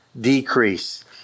decrease